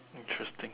interesting